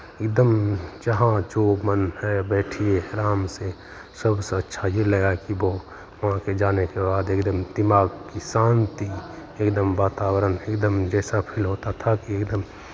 एकदम जहाँ जो मन है बैठिए आराम से सबसे अच्छा ये लगा की वहाँ पे जाने के बाद एकदम दिमाग की शान्ति एकदम वातावरण से एकदम जैसा फील होता था कि एकदम